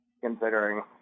considering